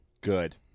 Good